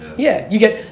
yeah, you get,